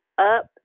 up